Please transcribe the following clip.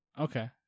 okay